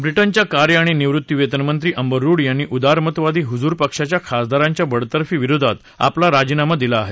Britain च्या कार्य आणि निवृत्ती वेतन मंत्री अंबर रूड यांनी उदारमतवादी हुजूर पक्षाच्या खासदारांच्या बडतर्फी विरोधात आपला राजीनामा दिला आहे